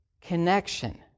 connection